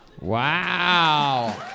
Wow